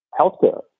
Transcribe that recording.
healthcare